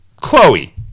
Chloe